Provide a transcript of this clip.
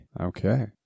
Okay